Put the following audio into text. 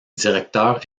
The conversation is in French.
directeur